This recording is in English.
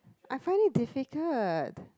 I find it difficult